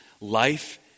life